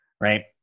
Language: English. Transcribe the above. right